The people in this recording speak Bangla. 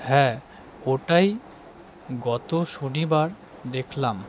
হ্যাঁ ওটাই গত শনিবার দেখলাম